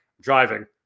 driving